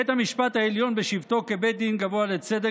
בית המשפט העליון בשבתו כבית דין גבוה לצדק